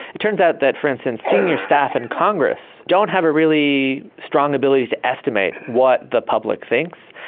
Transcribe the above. it turns out that, for instance, senior staff in congress don't have a really strong ability to estimate what the public thinks.